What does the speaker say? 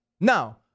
Now